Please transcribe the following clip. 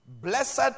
Blessed